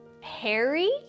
harry